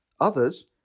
others